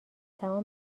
تمام